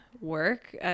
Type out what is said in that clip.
work